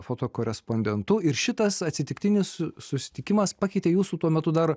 fotokorespondentu ir šitas atsitiktinis susitikimas pakeitė jūsų tuo metu dar